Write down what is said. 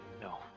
no